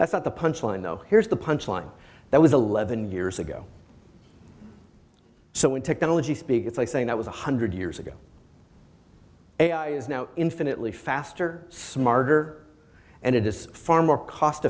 that's not the punchline no here's the punch line that was eleven years ago so when technology speak it's like saying that was one hundred years ago ai is now infinitely faster smarter and it is far more cost